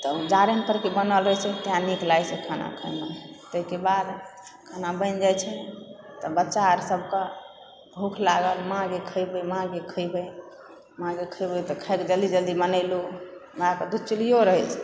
त जारनि परके बनल होइत छै तैंँ नीक लागै छै खाना खाएमे ताहिके बाद खाना बनि जाइत छै तऽबच्चा आर सबकेँ भूख लागल माँ गै खएबै माँ गै खएबै माँ गै खएबै तऽ खाए देलियै जल्दी बनेलहुँ खाएकऽ दू चूल्हियो रहै छै